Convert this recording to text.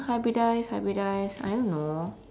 hybridise hybridise I don't know